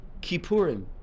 Kippurim